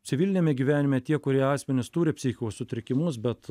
civiliniame gyvenime tie kurie asmenys turi psichikos sutrikimus bet